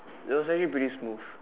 it was actually pretty smooth